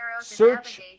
search